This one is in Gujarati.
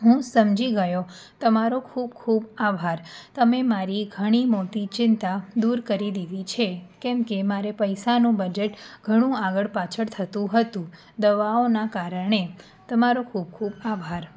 હું સમજી ગયો તમારો ખૂબ ખૂબ આભાર તમે મારી ઘણી મોટી ચિંતા દૂર કરી દીધી છે કેમકે મારે પૈસાનો બજેટ ઘણું આગળ પાછળ થતું હતું દવાઓના કારણે તમારો ખૂબ ખૂબ આભાર